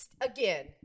again